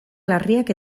larriak